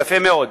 יפה מאוד,